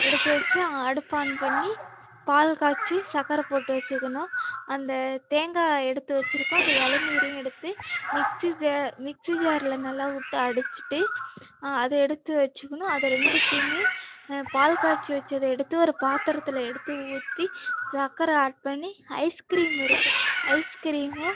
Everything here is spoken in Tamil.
எடுத்து வச்சு அடுப்பு ஆன் பண்ணி பால் காய்ச்சி சர்க்கர போட்டு வச்சுக்கணும் அந்த தேங்காய் எடுத்து வச்சிருக்கோம் அந்த இளநீரையும் எடுத்து மிக்ஸி ஜா மிக்ஸி ஜாரில் நல்லா விட்டு அடிச்சுட்டு அதை எடுத்து வைச்சுக்குணும் அதை ரெண்டுத்தையுமே பால் காய்ச்சி வச்சதை எடுத்து ஒரு பாத்திரத்துல எடுத்து ஊற்றி சர்க்கர ஆட் பண்ணி ஐஸ்கிரீம் இருக்குது ஐஸ்கிரீமும்